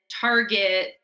target